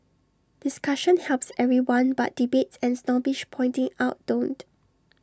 discussion helps everyone but debates and snobbish pointing out don't